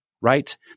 right